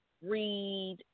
read